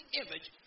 image